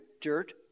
dirt